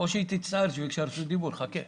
אבקש שייקבע שבהארכה של הוראת השעה תצטרכו לבוא לכאן